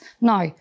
Now